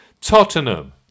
Tottenham